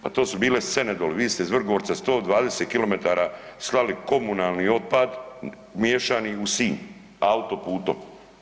Pa to su bile scene doli, vi ste iz Vrgorca 120 km slali komunalni otpad miješani u Sinj, autoputom.